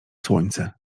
słońce